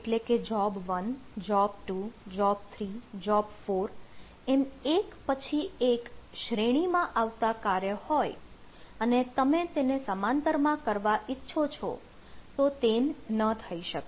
એટલે કે job1 job2 job3 job4 એમ એક પછી એક શ્રેણીમાં આવતા કાર્ય હોય અને તમે તેને સમાંતર માં કરવા ઈચ્છો છો તો તેમ ન થઈ શકે